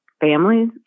families